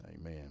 Amen